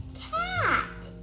cat